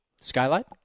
Skylight